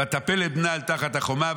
"ותפל את בנה אל תחת החומה,